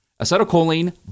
Acetylcholine